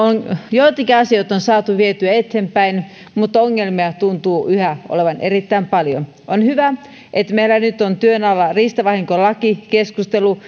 joitakin asioita on saatu vietyä eteenpäin mutta ongelmia tuntuu yhä olevan erittäin paljon on hyvä että meillä nyt on työn alla riistavahinkolakikeskustelu